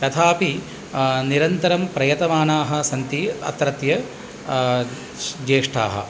तथापि निरन्तरं प्रयतमानाः सन्ति अत्रत्य ज्येष्ठ्याः